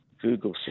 Google